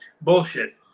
Bullshit